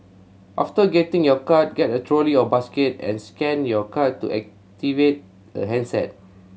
after getting your card get a trolley or basket and scan your card to activate a handset